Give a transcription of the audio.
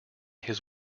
his